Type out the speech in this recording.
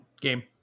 game